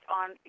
on